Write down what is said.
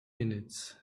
minutes